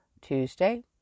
Tuesday